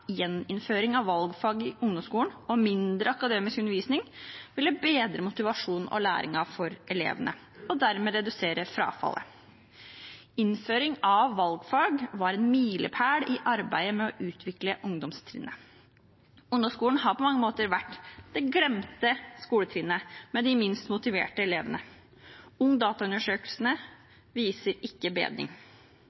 gjeninnføring av valgfag i ungdomsskolen og mindre akademisk undervisning ville bedre motivasjonen og læringen for elevene – og dermed redusere frafallet. Innføring av valgfag var en milepæl i arbeidet med å utvikle ungdomstrinnet. Ungdomsskolen har på mange måter vært det glemte skoletrinnet, med de minst motiverte elevene.